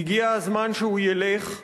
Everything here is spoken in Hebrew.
הגיע הזמן שהוא ילך.